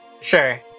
Sure